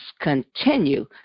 continue